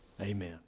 Amen